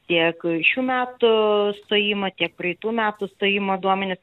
tiek šių metų stojimą tiek praeitų metų stojimo duomenis